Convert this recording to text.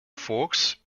forks